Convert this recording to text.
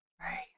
Right